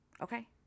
Okay